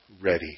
ready